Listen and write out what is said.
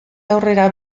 aurrera